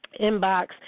Inbox